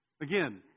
Again